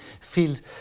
fields